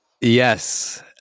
Yes